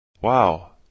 Wow